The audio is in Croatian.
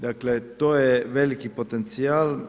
Dakle, to je veliki potencijal.